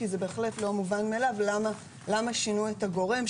כי זה בהחלט לא מובן למה שינו את הגורם,